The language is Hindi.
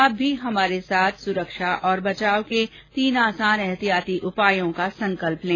आप भी हमारे साथ सुरक्षा और बचाव के तीन आसान एहतियाती उपायों का संकल्प लें